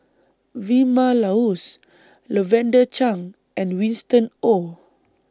Vilma Laus Lavender Chang and Winston Oh